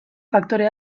faktore